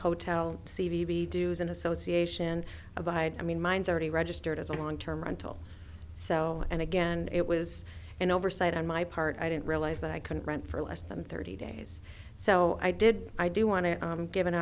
hotel c v t dues in association abide i mean mine's already registered as a long term rental so and again it was an oversight on my part i didn't realize that i could rent for less than thirty days so i did i do want to give an